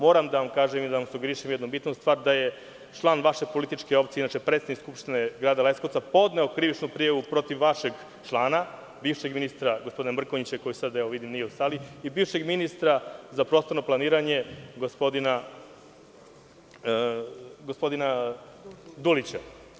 Moram da vam kažem i da vam sugerišem jednu bitnu stvar, da je član vaše političke opcije, inače predsednik Skupštine grada Leskovca, podneo krivičnu prijavu protiv vašeg člana, bivšeg ministra, gospodina Mrkonjića, koji sada, vidim, nije u sali, kao i protiv bivšeg ministra za prostorno planiranje, gospodina Dulića.